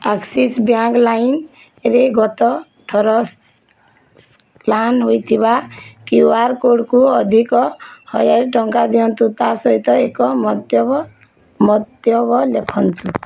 Axis bank ଲାଇନ୍ରେ ଗତ ଥର ସ୍କାନ୍ ହୋଇଥିବା କ୍ୟୁ ଆର୍ କୋଡ଼୍କୁ ଅଧିକ ହଜାରେ ଟଙ୍କା ଦିଅନ୍ତୁ ତା ସହିତ ଏକ ମନ୍ତବ୍ୟ ଲେଖନ୍ତୁ